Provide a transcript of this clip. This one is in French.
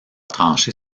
tranché